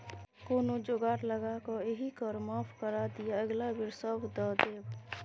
कोनो जोगार लगाकए एहि कर माफ करा दिअ अगिला बेर सभ दए देब